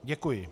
Děkuji.